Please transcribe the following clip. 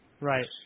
right